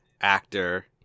actor